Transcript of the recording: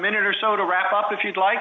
minute or so to wrap up if you'd like